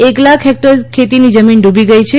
એક લાખ હેક્ટર ખેતીની જમીન ડૂબી ગઈ છે